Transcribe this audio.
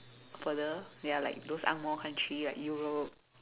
further ya like those ang-moh country like Europe